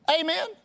Amen